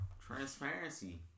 Transparency